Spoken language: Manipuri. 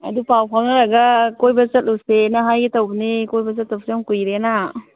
ꯑꯗꯨ ꯄꯥꯎ ꯐꯥꯎꯅꯔꯒ ꯀꯣꯏꯕ ꯆꯠꯂꯨꯁꯦꯅ ꯍꯥꯏꯒꯦ ꯇꯧꯕꯅꯦ ꯀꯣꯏꯕ ꯆꯠꯇꯕꯁꯨ ꯌꯥꯝ ꯀꯨꯏꯔꯦꯅ